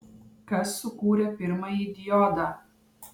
kas sukūrė pirmąjį diodą